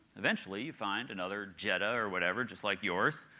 eventually you find another jetta or whatever just like yours,